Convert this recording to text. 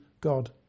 God